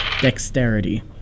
dexterity